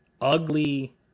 ugly